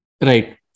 Right